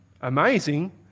amazing